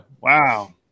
Wow